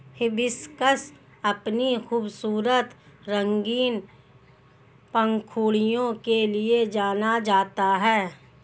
hibiscus अपनी खूबसूरत रंगीन पंखुड़ियों के लिए जाना जाता है